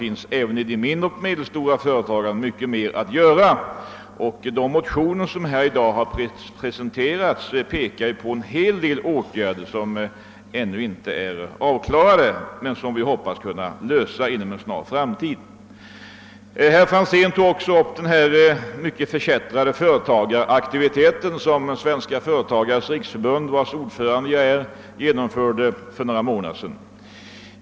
Men även i de mindre och medelstora företagen finns det mycket mer att göra. De motioner som i dag diskuterats syftar till en hel del åtgärder som ännu inte är vidtagna men som vi hoppas kan bli vidtagna inom en snar framtid. Herr Franzén tog också upp den mycket förkättrade företagaraktivitet, som Svenska företagares riksförbund, vars ordförande jag är, genomförde för några månader sedan.